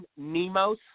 Nemos